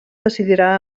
decidirà